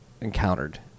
encountered